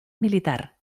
militar